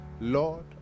Lord